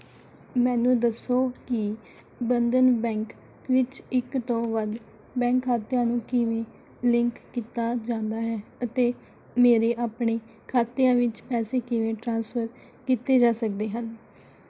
ਮੈਨੂੰ ਦੱਸੋ ਕਿ ਬੰਧਨ ਬੈਂਕ ਵਿੱਚ ਇੱਕ ਤੋਂ ਵੱਧ ਬੈਂਕ ਖਾਤਿਆਂ ਨੂੰ ਕਿਵੇਂ ਲਿੰਕ ਕੀਤਾ ਜਾਂਦਾ ਹੈ ਅਤੇ ਮੇਰੇ ਆਪਣੇ ਖਾਤਿਆਂ ਵਿੱਚ ਪੈਸੇ ਕਿਵੇਂ ਟ੍ਰਾਂਸਫਰ ਕੀਤੇ ਜਾ ਸਕਦੇ ਹਨ